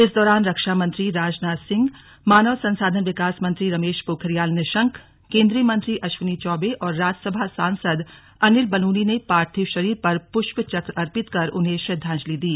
इस दौरान रक्षा मंत्री राजनाथ सिंह मानव संसाधन विकास मंत्री रमेश पोखरियाल निशंक केन्द्रीय मंत्री अश्वनि चौबे और राज्य सभा सांसद अनिल बलूनी ने पार्थिव शरीर पर पुष्प चक्र अर्पित कर उन्हें श्रद्धांजलि दी